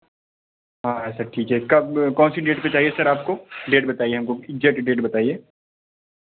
हाँ सर ठीक है कब कौन सी डेट पर चाहिये सर आपको डेट बताइये हमको इग्ज़ैक्ट डेट बताइये